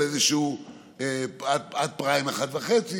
עד פריים 1.5%,